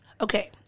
Okay